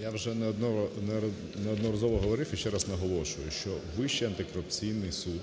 Я вже неодноразово говорив, і ще раз наголошую, що Вищий антикорупційний суд